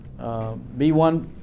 B1